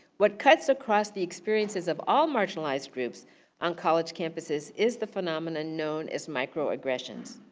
what cuts across the experiences of all marginalized groups on college campuses, is the phenomena known as micro-aggressions.